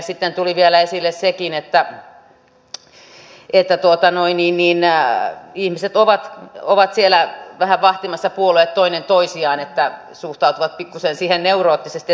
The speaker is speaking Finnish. sitten tuli vielä esille sekin että ihmiset ovat siellä vähän vahtimassa puolueet toinen toisiaan suhtautuvat pikkuisen siihen neuroottisesti että sekin vähän sitä turvaa